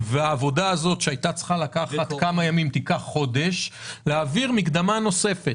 והעבודה תיקח חודש, אפשר להעביר מקדמה נוספת.